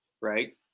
right